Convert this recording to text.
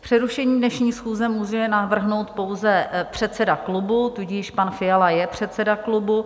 Přerušení dnešní schůze může navrhnout pouze předseda klubu, tudíž pan Fiala je předseda klubu.